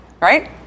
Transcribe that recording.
right